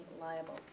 liable